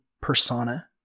persona